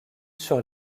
sur